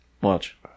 Watch